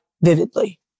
vividly